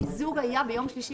המיזוג היה ביום שלישי בבוקר.